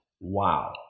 Wow